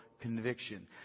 conviction